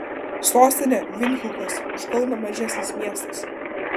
sostinė vindhukas už kauną mažesnis miestas